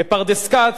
בפרדס-כץ,